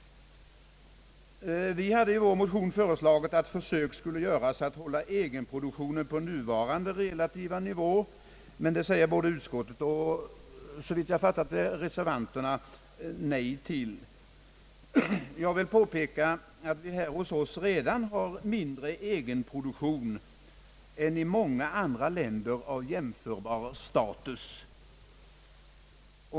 Vi hade i vår motion föreslagit att försök skulle göras att hålla egenproduktionen på nuvarande relativa nivå, men det säger både utskottet och, såvitt jag fattat det rätt, även reservanterna nej till. Jag vill påpeka att vi här hos oss redan har mindre egenproduktion än i många andra länder av jämförbar status.